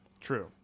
True